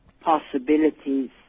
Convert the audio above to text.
possibilities